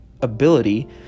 ability